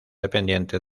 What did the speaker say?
dependiente